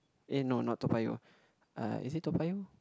uh no not Toa-Payoh is it Toa-Payoh